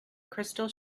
crystal